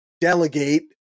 delegate